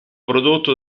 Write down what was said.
prodotto